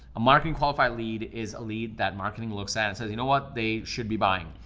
a marketing qualified lead is a lead that marketing looks at and says, you know what, they should be buying.